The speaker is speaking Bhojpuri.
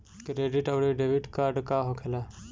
क्रेडिट आउरी डेबिट कार्ड का होखेला?